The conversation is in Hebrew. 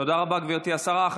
תודה רבה, גברתי השרה.